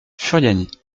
furiani